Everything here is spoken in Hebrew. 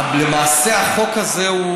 למעשה, החוק הזה הוא